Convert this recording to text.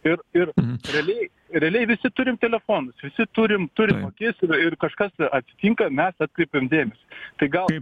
ir ir realiai realiai visi turim telefonus visi turim turim akis ir kažkas atsitinka mes atkreipiam dėmesį tai gal